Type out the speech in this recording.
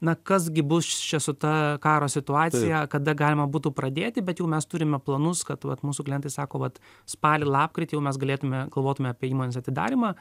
na kas gi bus čia su ta karo situacija kada galima būtų pradėti bet jau mes turime planus kad vat mūsų klientai sako vat spalį lapkritį jau mes galėtume galvotume apie įmonės atidarymą